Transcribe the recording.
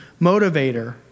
motivator